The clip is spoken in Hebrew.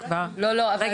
אתם כבר נותנים לו עזרה.